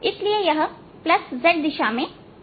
इसलिए यह z दिशा में जा रहा है